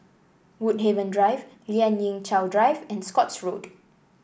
Woodhaven Drive Lien Ying Chow Drive and Scotts Road